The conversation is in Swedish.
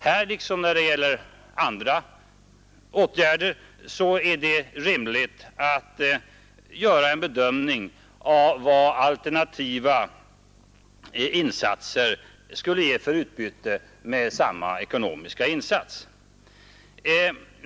Här liksom på andra områden är det rimligt att göra en bedömning av vad alternativa åtgärder skulle ge för utbyte med samma ekonomiska insats.